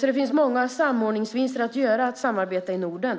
Det finns många samordningsvinster att göra på att samarbeta i Norden.